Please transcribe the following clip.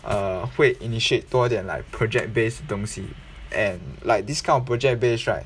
err 会 initiate 多点 like project based 的东西 and like this kind of project based right